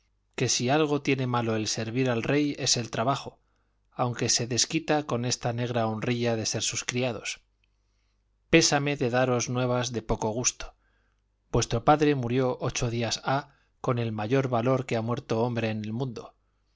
que si algo tiene malo el servir al rey es el trabajo aunque se desquita con esta negra honrilla de ser sus criados pésame de daros nuevas de poco gusto vuestro padre murió ocho días ha con el mayor valor que ha muerto hombre en el mundo